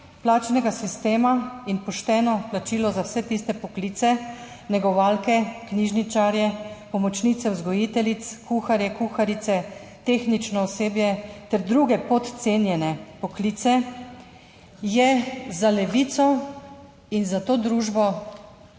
plačnega sistema in pošteno plačilo za vse tiste poklice, negovalke, knjižničarje, pomočnice vzgojiteljic, kuharje, kuharice, tehnično osebje ter druge podcenjene poklice je za Levico in za to družbo